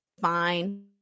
fine